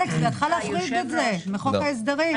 אלכס, אתה יכול להפריד את זה מחוק ההסדרים.